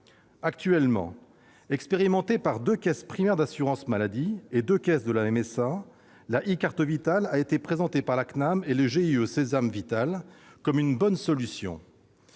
Actuellement expérimentée par deux caisses primaires d'assurance maladie et deux caisses de mutualité sociale agricole, la e-carte Vitale a été présentée par la CNAM et le GIE Sesam-Vitale comme une bonne solution,